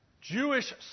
Jewish